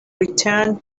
returned